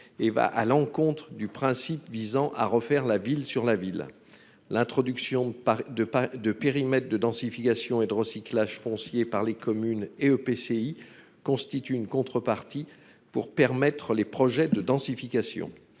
et va à l'encontre du principe visant à « refaire la ville sur la ville ». L'introduction de périmètres de densification et de recyclage foncier par les communes et EPCI constitue une contrepartie pour permettre les projets de densification.